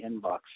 inbox